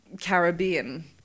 Caribbean